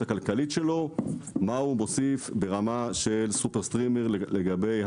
הכלכלית שלו מה הוא מוסיף ברמה של סופר סטרימר לגבי